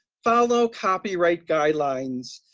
follow copyright guidelines.